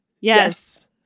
Yes